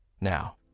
Now